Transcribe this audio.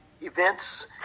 events